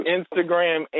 Instagram